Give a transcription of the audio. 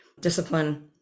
discipline